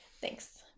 Thanks